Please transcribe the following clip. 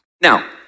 Now